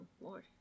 Lord